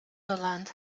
irland